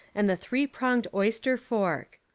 and the three-pronged oyster fork.